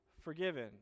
forgiven